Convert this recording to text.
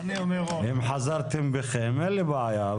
אם חזרתם בכם, אין לי בעיה.